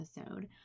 episode